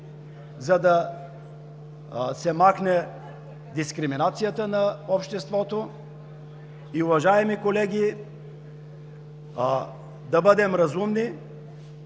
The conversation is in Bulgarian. за да се махне дискриминацията на обществото. И, уважаеми колеги, да бъдем разумни